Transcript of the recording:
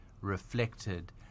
reflected